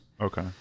Okay